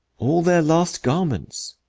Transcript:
all their last garments.